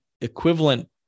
equivalent